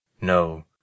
No